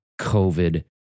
COVID